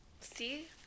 See